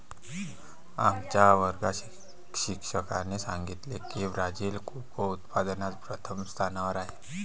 आमच्या वर्गात शिक्षकाने सांगितले की ब्राझील कोको उत्पादनात प्रथम स्थानावर आहे